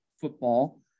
football